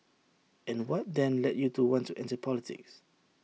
and what then led you to want to enter politics